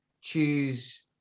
choose